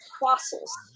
fossils